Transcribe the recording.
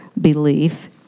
belief